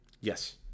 Yes